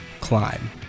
climb